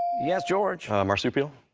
yes, george. marsupial.